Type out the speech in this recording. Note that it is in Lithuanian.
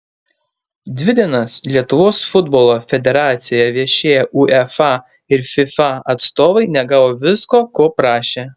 dvi dienas lietuvos futbolo federacijoje viešėję uefa ir fifa atstovai negavo visko ko prašė